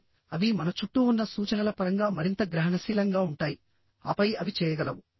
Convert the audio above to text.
కాబట్టి అవి మన చుట్టూ ఉన్న సూచనల పరంగా మరింత గ్రహణశీలంగా ఉంటాయి ఆపై అవి చేయగలవు